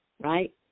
right